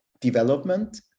development